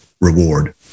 reward